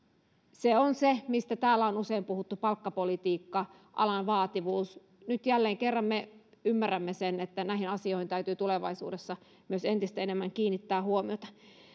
se on se mistä täällä on usein puhuttu palkkapolitiikka alan vaativuus nyt jälleen kerran me ymmärrämme sen että näihin asioihin täytyy tulevaisuudessa myös entistä enemmän kiinnittää huomiota